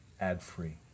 ad-free